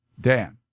Dan